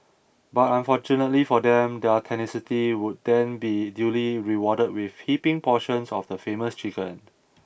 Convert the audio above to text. but unfortunately for them their tenacity would then be duly rewarded with heaping portions of the famous chicken